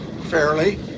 fairly